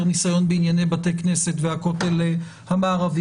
ניסיון בענייני בתי כנסת והכותל המערבי.